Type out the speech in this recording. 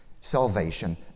salvation